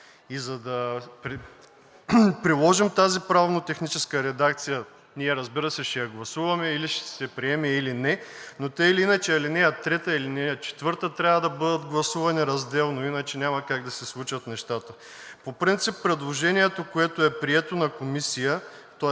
и за да приложим тази правно-техническа редакция, ние, разбира се, ще я гласуваме или ще се приеме, или не, но така или иначе, ал. 3 и ал. 4 трябва да бъдат гласувани разделно. Иначе няма как да се случат нещата. По принцип предложението, което е прието на Комисията,